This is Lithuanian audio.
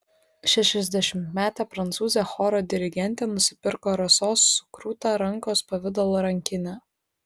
šešiasdešimtmetė prancūzė choro dirigentė nusipirko rasos sukrutą rankos pavidalo rankinę